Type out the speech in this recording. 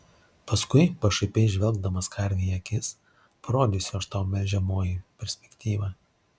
paskui pašaipiai žvelgdamas karvei į akis parodysiu aš tau melžiamoji perspektyvą